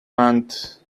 month